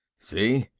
see,